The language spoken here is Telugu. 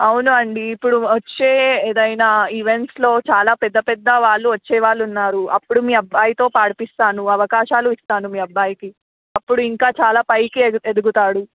అవును అండి ఇప్పుడు వచ్చే ఏదైనా ఈవెంట్స్లో చాలా పెద్ద పెద్ద వాళ్ళు వచ్చేవాళ్ళు ఉన్నారు అప్పుడు మీ అబ్బాయితో పాడిస్తాను అవకాశాలు ఇస్తాను మీ అబ్బాయికి అప్పుడు ఇంకా చాలా పైకి ఎదుగు ఎదుగుతాడు